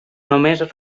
només